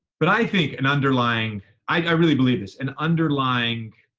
but i think an underlying i really believe this an underlying